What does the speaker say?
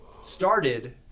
started